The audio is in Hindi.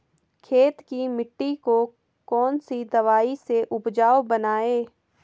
खेत की मिटी को कौन सी दवाई से उपजाऊ बनायें?